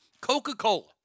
Coca-Cola